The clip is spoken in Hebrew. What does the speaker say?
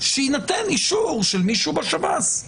שיינתן אישור של מישהו בשב"ס.